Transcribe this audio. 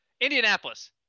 Indianapolis